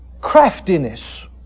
craftiness